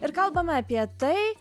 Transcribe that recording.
ir kalbame apie tai